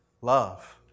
love